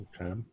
Okay